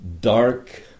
dark